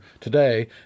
today